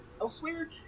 elsewhere